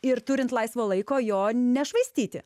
ir turint laisvo laiko jo nešvaistyti